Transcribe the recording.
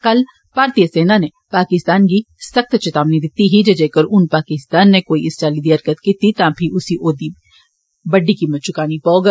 कल भारतीय सेना नै पाकिस्तान गी सख्त चेतावनी दिती ही जे जेकर हुन पाकिसतान नै कोई इस चाली दी हरकत कीती तां फीह् उस्सी औदी बड्डी कीमत चुकानी पौग